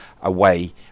away